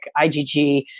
IgG